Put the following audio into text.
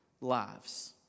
lives